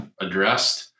addressed